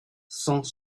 cent